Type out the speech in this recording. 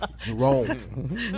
Jerome